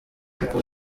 kuko